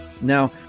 Now